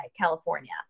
California